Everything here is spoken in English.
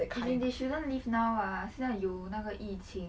isn't it they shouldn't leave now ah 现在有那个疫情